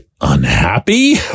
unhappy